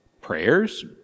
prayers